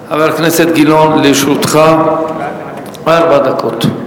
חבר הכנסת גילאון, לרשותך ארבע דקות.